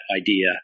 idea